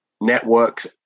Networks